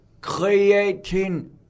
creating